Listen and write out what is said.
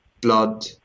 blood